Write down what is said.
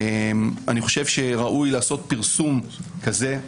אני חושב שראוי לעשות פרסום כזה.